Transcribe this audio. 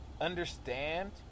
understand